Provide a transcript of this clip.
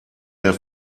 der